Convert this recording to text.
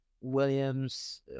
Williams